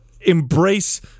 embrace